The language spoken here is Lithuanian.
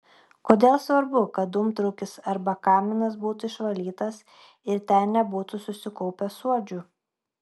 kodėl svarbu kad dūmtraukis arba kaminas būtų išvalytas ir ten nebūtų susikaupę suodžių